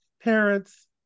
parents